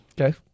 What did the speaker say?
Okay